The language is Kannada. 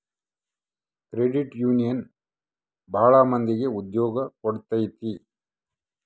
ಕ್ರೆಡಿಟ್ ಯೂನಿಯನ್ ಭಾಳ ಮಂದಿಗೆ ಉದ್ಯೋಗ ಕೊಟ್ಟೈತಿ